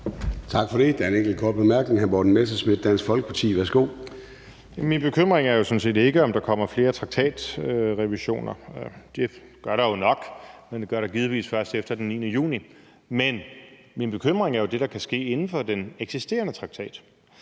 Min bekymring er sådan set ikke, om der kommer flere traktatsrevisioner. Det gør der jo nok, men det gør der givetvis først efter den 9. juni. Men min bekymring er det, der kan ske inden for den eksisterende traktat.